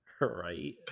Right